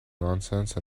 nonsense